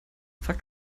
frage